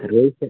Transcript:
रोहित श